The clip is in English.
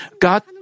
God